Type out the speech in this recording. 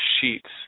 sheets